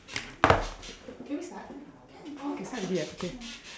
can we start can start already ah okay